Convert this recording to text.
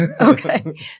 Okay